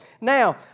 Now